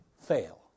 fail